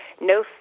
no